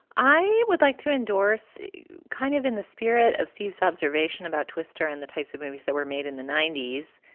i would like to endorse kind of in the spirit of steve's observation about twister and the types of movies that were made in the ninety s,